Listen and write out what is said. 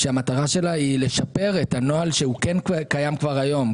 שהמטרה שלה היא לשפר את הנוהל שקיים כבר היום.